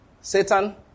Satan